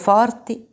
Forti